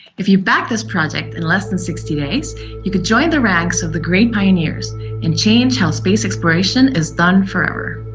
if you back this project in less than sixty days you could join the ranks of the great pioneers and change how space exploration is done forever.